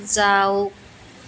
যাওক